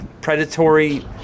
predatory